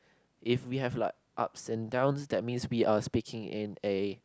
if we have like ups and downs that means we are speaking in a